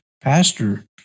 pastor